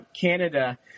Canada